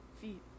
feet